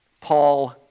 Paul